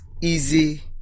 easy